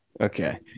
okay